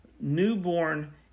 newborn